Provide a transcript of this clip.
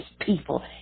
people